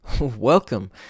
welcome